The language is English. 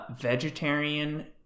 vegetarian